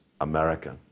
American